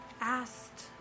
asked